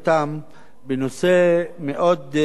בנושא מאוד מעניין,